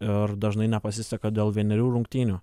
ir dažnai nepasiseka dėl vienerių rungtynių